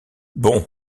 bon